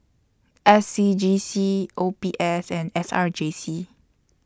S C G C O B S and S R J C